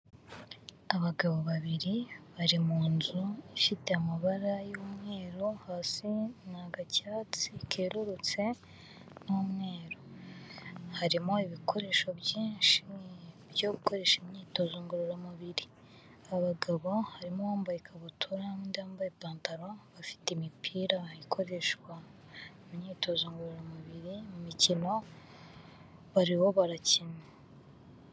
Abagabo babiri bari mu nzu ifite amabara y'umweru hasi ni agacyatsi kerurutse n'umweru, harimo ibikoresho byinshi byo gukoresha imyitozo ngororamubiri. Abagabo harimo uwambaye ikabutura yambaye ipantalo bafite imipira ikoreshwa mu myitozo ngororamubiri imikino bariho barakina.